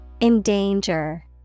Endanger